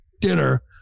dinner